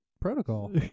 protocol